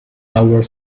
our